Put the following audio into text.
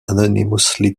anonymously